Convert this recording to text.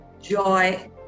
joy